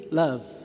love